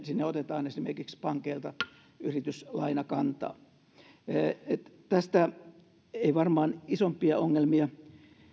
sinne esimerkiksi pankeilta yrityslainakantaa tästä ei varmaan isompia ongelmia